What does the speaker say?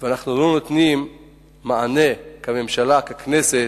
ולא נותנים לזה מענה כממשלה, ככנסת,